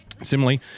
Similarly